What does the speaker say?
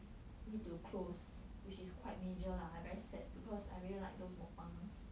need to close which is quite major lah I very sad because I really like those mukbangers